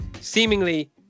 seemingly